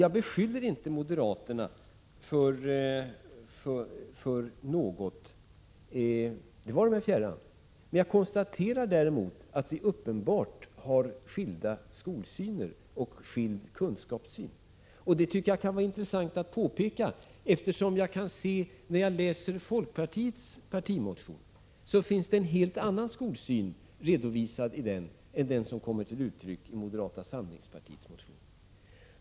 Jag beskyller inte moderaterna för något — det vare mig fjärran — men jag konstaterar att vi uppenbart har skilda synsätt på skola och kunskaper. Det kan vara intressant att påpeka detta, eftersom den skolsyn som redovisas i folkpartiets partimotion är en helt annan än den som kommer till uttryck i moderata samlingspartiets motion.